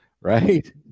right